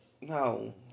no